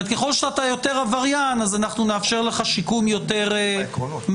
ככל שאתה יותר עבריין, נאפשר לך שיקום יותר מהיר?